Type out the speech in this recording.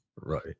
Right